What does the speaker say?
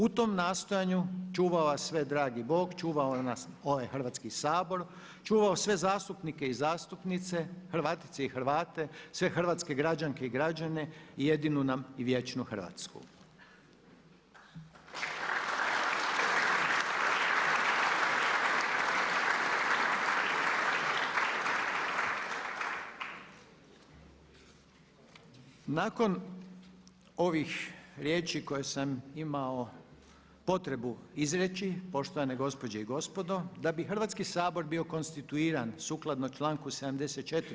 U tom nastojanju čuvao vas sve dragi Bog, čuvao ovaj Hrvatski sabor, čuvao sve zastupnike i zastupnice, Hrvatice i Hrvate, sve hrvatske građanke i građane i jedinu nam i vječnu Hrvatsku. Nakon ovih riječi koje sam imao potrebu izreći poštovane gospođe i gospodo, da bi Hrvatski sabor bio konstituiran sukladno članku 74.